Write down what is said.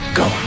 go